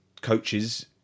coaches